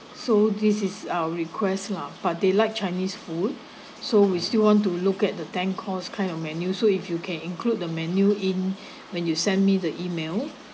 so this is our request lah but they like chinese food so we still want to look at the ten course kind of menu so if you can include the menu in when you sent me the email